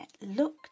look